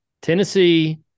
Tennessee